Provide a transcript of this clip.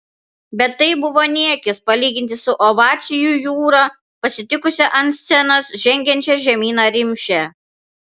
bet tai buvo niekis palyginti su ovacijų jūra pasitikusia ant scenos žengiančią žemyną rimšę